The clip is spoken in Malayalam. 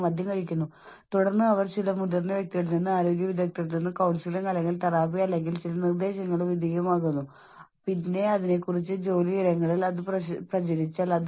ഞാൻ വെറുതെ ആളുകളെ വിശ്വസിക്കുന്നില്ല അവർ ഞാൻ എന്റെ ജോലിയോട് വൈകാരികമായി ബന്ധം പുലർത്തിയിട്ടില്ല എന്ന് പറയുമ്പോൾ നിങ്ങളുടെ ജോലിയിൽ നിങ്ങൾക്ക് താൽപ്പര്യമില്ലെങ്കിൽ വൈകാരികമായ അടുപ്പം ഇല്ലെങ്കിൽ നിങ്ങൾക്ക് ജോലി ചെയ്യാൻ കഴിയില്ല